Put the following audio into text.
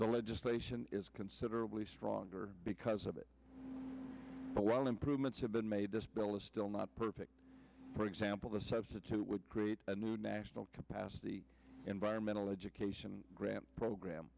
the legislation is considerably stronger because of it alone improvements have been made this bill is still not perfect for example the substitute would create a new national capacity environmental education grant program